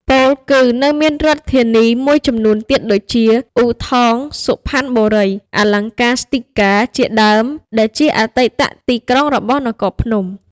ពោលគឺ នៅមានរាជធានីមួយចំនួនទៀតដូចជា អូ ថង "សុផាន់បុរី” លង្កាស្ទិកា ជាដើម ដែលជាអតីតទីក្រុងរបស់នគរភ្នំ។